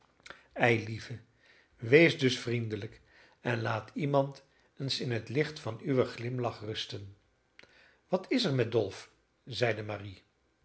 eilieve wees dus vriendelijk en laat iemand eens in het licht van uwen glimlach rusten wat is er met dolf zeide marie